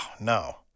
no